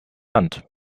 land